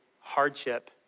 hardship